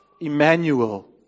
Emmanuel